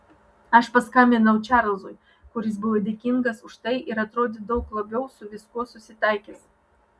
aš paskambinau čarlzui kuris buvo dėkingas už tai ir atrodė daug labiau su viskuo susitaikęs